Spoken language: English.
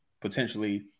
potentially